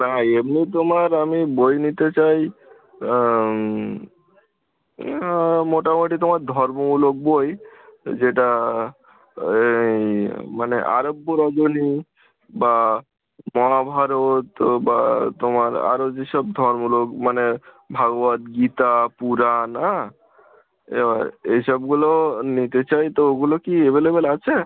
তা এমনি তোমার আমি বই নিতে চাই মোটামোটি তোমার ধর্মমূলক বই যেটা এই মানে আরব্য রজনী বা মহাভারত বা তোমার আরও যেসব ধর্মলোক মানে ভাগবদ্গীতা পুরাণ হাঁ এবার এসবগুলো নিতে চাই তো ওগুলো কি এভেলেবেল আছে